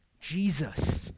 Jesus